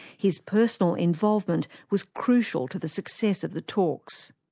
his personal involvement was crucial to the success of the talks.